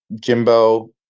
Jimbo